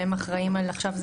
שאחראיים על "עכשיו זה